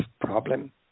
problem